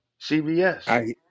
CVS